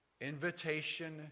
Invitation